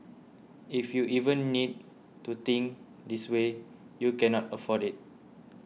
if you even need to think this way you cannot afford it